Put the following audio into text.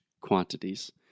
quantities